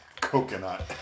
coconut